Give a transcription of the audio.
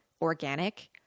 organic